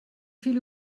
viel